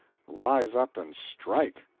rise up and strike!